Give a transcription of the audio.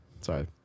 Sorry